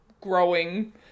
growing